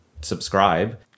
subscribe